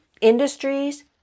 industries